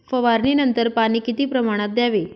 फवारणीनंतर पाणी किती प्रमाणात द्यावे?